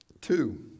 Two